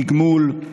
תגמול,